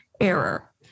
error